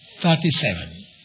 thirty-seven